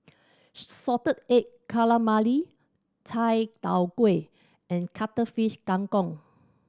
salted egg calamari chai tow kway and Cuttlefish Kang Kong